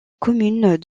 commune